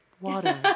water